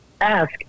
ask